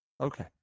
Okay